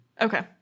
Okay